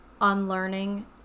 unlearning